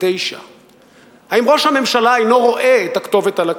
49'. האם ראש הממשלה אינו רואה את הכתובת על הקיר?